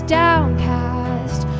downcast